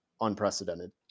unprecedented